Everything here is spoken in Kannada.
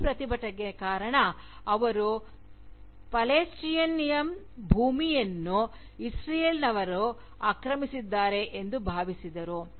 ಈ ಪ್ರತಿಭಟನೆಗೆ ಕಾರಣ ಅವರು ಪ್ಯಾಲೇಸ್ಟಿನಿಯನ್ ಭೂಮಿಯನ್ನು ಇಸ್ರೇಲನವರು ಆಕ್ರಮಿಸಿದ್ದಾರೆ ಎಂದು ಭಾವಿಸಿದರು